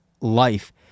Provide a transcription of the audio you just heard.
life